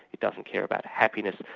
it doesn't care about happiness,